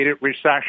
recession